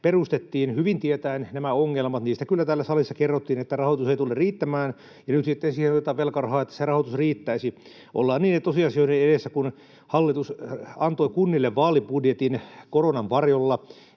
perustettiin hyvin tietäen nämä ongelmat. Niistä kyllä täällä salissa kerrottiin, että rahoitus ei tule riittämään, ja nyt sitten siihen otetaan velkarahaa, että se rahoitus riittäisi. Ollaan niiden tosiasioiden edessä, kun hallitus antoi kunnille vaalibudjetin koronan varjolla